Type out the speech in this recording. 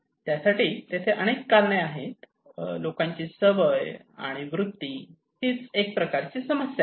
यासाठी तेथे अनेक कारणे आहेत लोकांची सवय आणि वृत्ती एक प्रकारची समस्या आहे